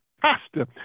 pastor